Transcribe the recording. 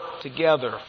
together